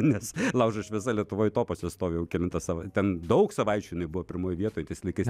nes laužo šviesa lietuvoj topuose stovi jau kelintą sav ten daug savaičių jinai buvo pirmoj vietoj tais laikais